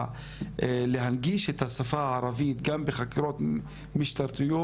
שלהנגיש את השפה הערבית גם בחקירות משטרתיות,